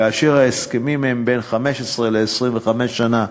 כאשר ההסכמים עם היזמים הם ל-15 עד 25 שנה,